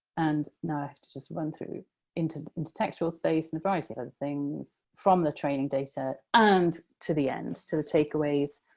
and now i have to just run through intertextual space and variety of other things from the training data, and to the end, to the take aways,